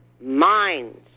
minds